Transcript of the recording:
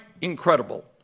incredible